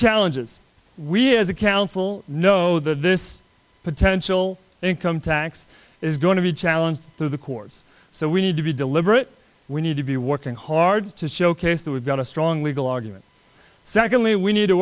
challenges we as a council know that this potential income tax is going to be challenged through the courts so we need to be deliberate we need to be working hard to showcase that we've got a strong legal argument secondly we need to